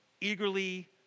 Eagerly